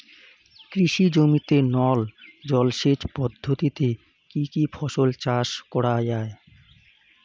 কৃষি জমিতে নল জলসেচ পদ্ধতিতে কী কী ফসল চাষ করা য়ায়?